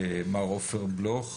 מר עופר בלוך,